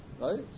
Right